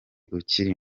ukiri